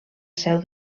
seu